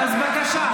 בבקשה,